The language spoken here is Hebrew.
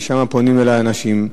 משם פונים אלי אנשים.